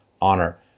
honor